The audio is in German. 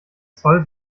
zoll